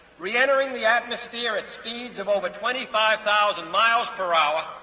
re-entering the atmosphere at speeds of over twenty five thousand miles per hour,